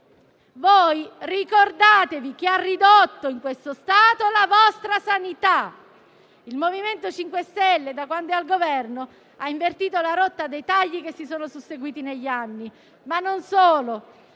Voi ricordate chi ha ridotto in questo stato la vostra sanità! Il MoVimento 5 Stelle, da quando è al Governo, ha invertito la rotta dei tagli che si sono susseguiti negli anni, e non solo,